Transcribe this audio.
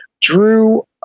Drew